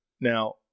now